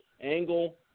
Angle